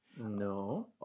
No